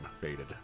faded